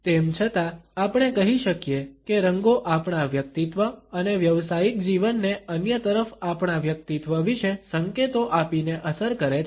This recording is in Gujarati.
તેમ છતાં આપણે કહી શકીએ કે રંગો આપણા વ્યક્તિત્વ અને વ્યવસાયિક જીવનને અન્ય તરફ આપણા વ્યક્તિત્વ વિશે સંકેતો આપીને અસર કરે છે